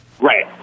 Right